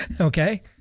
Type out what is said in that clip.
okay